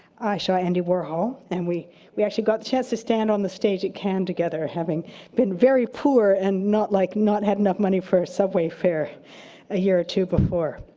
i shot andy warhol. and we we actually got a chance to stand on the stage at cannes together, having been very poor and not like not had enough money for a subway fare a year or two before.